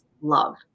love